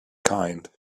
kind